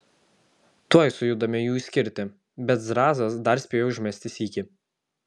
tuoj sujudome jų skirti bet zrazas dar spėjo užmesti sykį